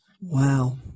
Wow